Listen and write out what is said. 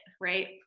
right